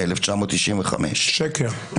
ב-1995 -- שקר.